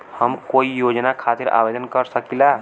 हम कोई योजना खातिर आवेदन कर सकीला?